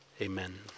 Amen